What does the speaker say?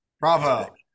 Bravo